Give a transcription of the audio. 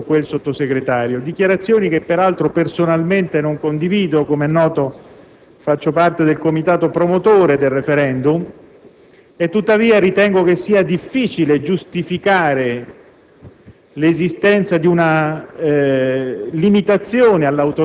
da dichiarazioni di questo o quel Ministro, di questo o quel Sottosegretario. Dichiarazioni che, peraltro, personalmente non condivido (come è noto, faccio parte del Comitato promotore del *referendum*), anche se credo sia difficile giustificare